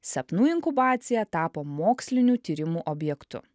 sapnų inkubacija tapo mokslinių tyrimų objektu